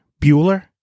Bueller